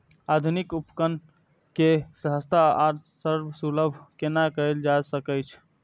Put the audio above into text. आधुनिक उपकण के सस्ता आर सर्वसुलभ केना कैयल जाए सकेछ?